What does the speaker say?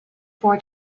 four